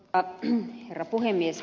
arvoisa herra puhemies